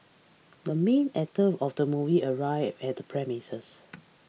the main actor of the movie arrived at the premises